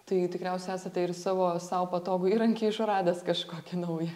tai tikriausiai esate ir savo sau patogų įrankį išradęs kažkokį naują